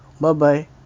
bye-bye